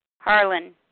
Harlan